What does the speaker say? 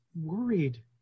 worried